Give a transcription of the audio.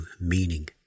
meaning